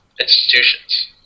institutions